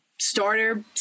starter